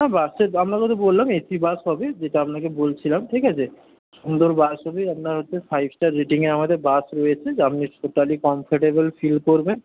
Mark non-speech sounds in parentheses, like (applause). (unintelligible) আপনাকে তো বললাম এসি বাস হবে যেটা আপনাকে বলছিলাম ঠিক আছে সুন্দর বাস হবে আপনার হচ্ছে ফাইভ স্টার রেটিংয়ে আমাদের বাস রয়েছে আপনি টোটালি কমফোর্টেবেল ফিল করবেন